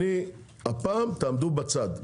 הפעם תעמדו בצד,